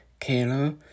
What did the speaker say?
Kayla